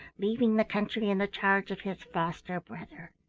leaving the country in the charge of his foster-brother.